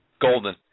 Golden